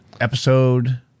episode